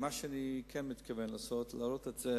מה שאני כן מתכוון לעשות זה להעלות את זה